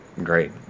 Great